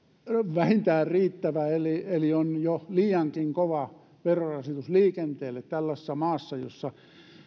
vähintään riittävä eli on jo liiankin kova verorasitus liikenteelle tällaisessa maassa jossa